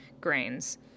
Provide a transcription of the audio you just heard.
grains